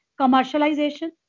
commercialization